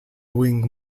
wing